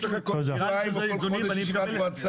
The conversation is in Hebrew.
יש לך כל שבועיים או כל חודש ישיבת מועצה.